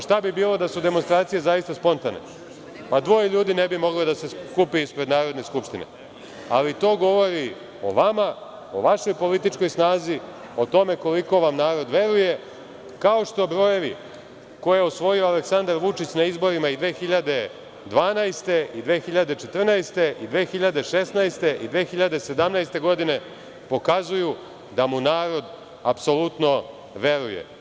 Šta bi bilo da su demonstracije stvarno spontane, pa dvoje ljudi ne bi moglo da se skupi ispred Narodne skupštine, ali to govori o vama, o vašoj političkoj snazi, o tome koliko vam narod veruje, kao što brojevi koje je osvojio Aleksandar Vučić na izborima i 2012, i 2014, i 2016. i 2017. godine pokazuju da mu narod apsolutno veruje.